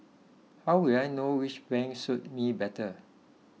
how will I know which bank suits me better